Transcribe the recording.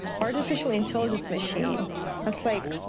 artificial intelligence machine that's like,